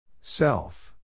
Self